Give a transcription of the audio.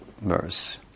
verse